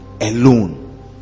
alone